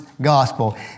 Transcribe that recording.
gospel